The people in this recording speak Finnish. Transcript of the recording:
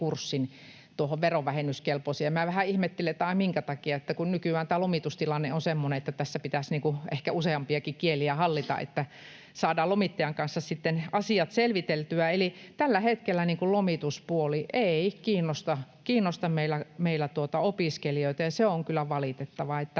tuohon verovähennyskelpoisiin. Kun minä vähän ihmettelin, että ai, minkä takia, niin nykyään tämä lomitustilanne on semmoinen, että pitäisi ehkä useampiakin kieliä hallita, että saadaan lomittajan kanssa sitten asiat selviteltyä. Eli tällä hetkellä lomituspuoli ei kiinnosta meillä opiskelijoita, ja se on kyllä valitettavaa.